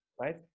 right